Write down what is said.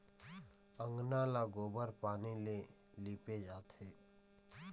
अंगना ल गोबर पानी ले लिपे जाथे